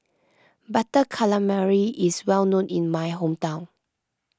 Butter Calamari is well known in my hometown